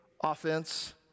offense